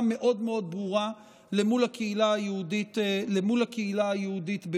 מאוד ברורה מול הקהילה היהודית באוקראינה.